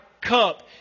cup